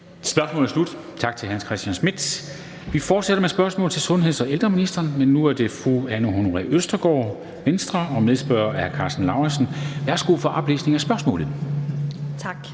Spørgsmålet er slut. Tak til hr. Hans Christian Schmidt. Vi fortsætter med spørgsmål til sundheds- og ældreministeren, men nu er det af fru Anne Honoré Østergaard, Venstre, og medspørger er hr. Karsten Lauritzen. Kl. 15:45 Spm. nr. S 335 10) Til